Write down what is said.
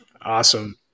Awesome